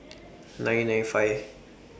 nine nine five